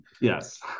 Yes